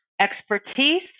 expertise